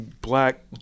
black